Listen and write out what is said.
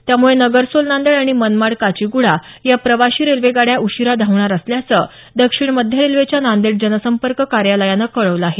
त्यामुळे नगरसोल नांदेड आणि मनमाड काचीगुडा या प्रवाशी रेल्वे गाड्या उशिरा धावणार असल्याचं दक्षिण मध्य रेल्वेच्या नांदेड जनसंपर्क कार्यालयानं कळवलं आहे